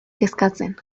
kezkatzen